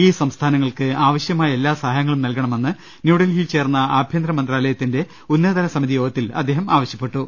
ഈ സംസ്ഥാനങ്ങൾക്ക് ആവ ശ്യമായ എല്ലാ സഹായങ്ങളും നൽകണമെന്ന് ന്യൂഡൽഹിയിൽ ചേർന്ന ആഭ്യന്തര മന്ത്രാലയത്തിന്റെ ഉന്നതതല സമിതി യോഗത്തിൽ അദ്ദേഹം ആവശ്യപ്പെട്ടു